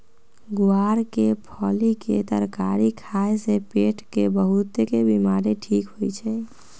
ग्वार के फली के तरकारी खाए से पेट के बहुतेक बीमारी ठीक होई छई